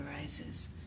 arises